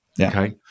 okay